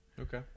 okay